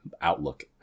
outlook